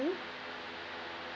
mm